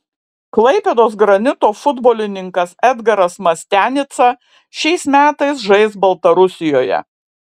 klaipėdos granito futbolininkas edgaras mastianica šiais metais žais baltarusijoje